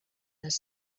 les